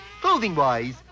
Clothing-wise